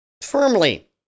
Firmly